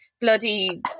bloody